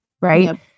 right